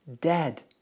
dead